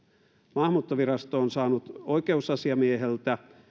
maahanmuuttovirasto on saanut oikeusasiamieheltä